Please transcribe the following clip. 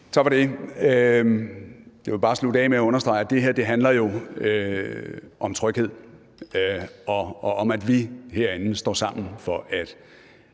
Tak for det. Jeg vil bare slutte af med at understrege, at det her jo handler om tryghed og om, at vi herinde står sammen for at